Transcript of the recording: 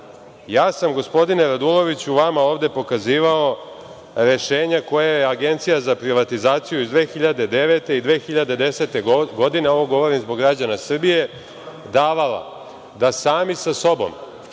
prazan. Gospodine Raduloviću, ja sam vama pokazivao rešenja koja je Agencija za privatizaciju iz 2009. i 2010. godine, ovo govorim zbog građana Srbije, davala da sami sa sobom,